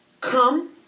Come